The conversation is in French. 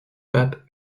pape